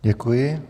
Děkuji.